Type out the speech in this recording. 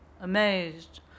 amazed